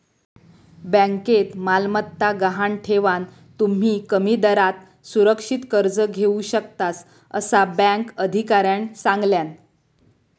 बँकेत मालमत्ता गहाण ठेवान, तुम्ही कमी दरात सुरक्षित कर्ज घेऊ शकतास, असा बँक अधिकाऱ्यानं सांगल्यान